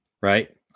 Right